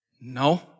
No